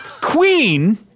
Queen